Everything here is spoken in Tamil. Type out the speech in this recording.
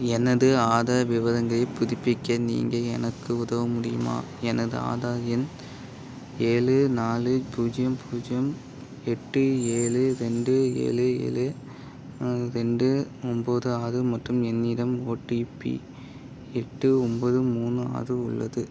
எனது ஆதார் விவரங்களைப் புதுப்பிக்க நீங்கள் எனக்கு உதவ முடியுமா எனது ஆதார் எண் ஏழு நாலு பூஜ்ஜியம் பூஜ்ஜியம் எட்டு ஏழு ரெண்டு ஏழு ஏழு ரெண்டு ஒம்பது ஆறு மற்றும் என்னிடம் ஓடிபி எட்டு ஒம்பது மூணு ஆறு உள்ளது